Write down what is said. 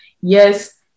yes